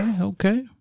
Okay